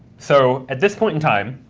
so at this point in time,